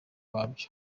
wabyo